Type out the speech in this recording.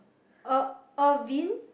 Ir~ Irvin